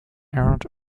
aired